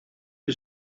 you